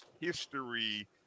history